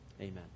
Amen